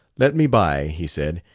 let me by, he said,